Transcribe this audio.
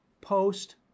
post